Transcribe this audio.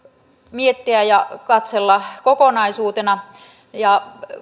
miettiä ja katsella kokonaisuutena ja